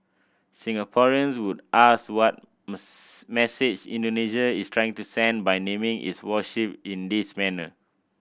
Singaporeans would ask what message Indonesia is trying to send by naming its warship in this manner